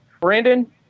Brandon